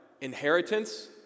inheritance